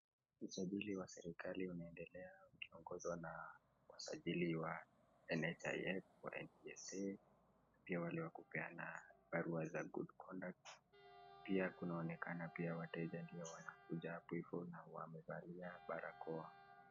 Usajili wa serikali wanaendelea wakiongozwa na usajili wa NCHIF, NTAC, pia waliopeana barua ya good contact ,pia wanaonekana wateja waliovalia barakoa.